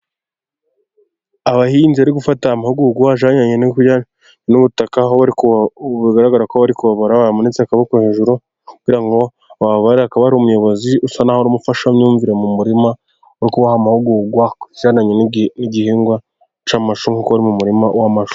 Abahinzi bari gufata amahugurwa ajyendanye n'ubutaka aho bari bugaragara ko bari kubabara wamanitse akaboko hejuru kugira ngo wababare, akaba ari umuyobozi usa naho uri umufashamyumvire mu murima wo kubaha amahugurwa agendanye n'igihingwa cy'amashu kuko mu murima w'amajwi.